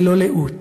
ללא לאות.